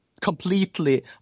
completely